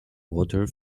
water